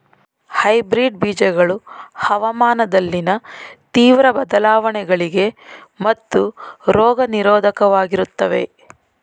hybrid ಬೀಜಗಳು ಹವಾಮಾನದಲ್ಲಿನ ತೀವ್ರ ಬದಲಾವಣೆಗಳಿಗೆ ಮತ್ತು ರೋಗ ನಿರೋಧಕವಾಗಿರುತ್ತವೆ